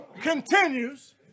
continues